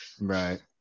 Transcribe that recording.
Right